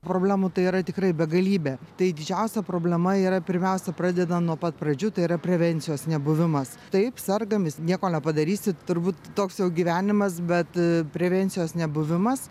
problemų tai yra tikrai begalybė tai didžiausia problema yra pirmiausia pradedam nuo pat pradžių tai yra prevencijos nebuvimas taip sergam ir nieko nepadarysi turbūt toks jau gyvenimas bet prevencijos nebuvimas